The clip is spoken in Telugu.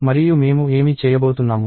మరియు మేము ఏమి చేయబోతున్నాము